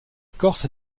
corse